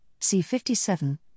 C57